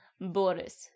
boris